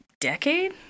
decade